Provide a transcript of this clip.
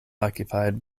occupied